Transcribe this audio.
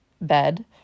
bed